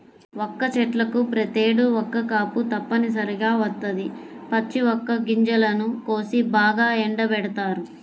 వక్క చెట్లకు ప్రతేడు ఒక్క కాపు తప్పనిసరిగా వత్తది, పచ్చి వక్క గింజలను కోసి బాగా ఎండబెడతారు